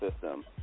system